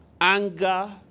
anger